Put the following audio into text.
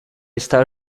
está